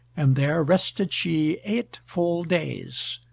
and there rested she eight full days.